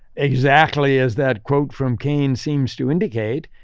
exactly as that quote from keynes seems to indicate.